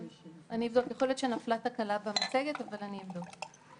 יכול להיות שנפלה תקלה במצגת, אבל אני אבדוק.